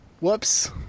Whoops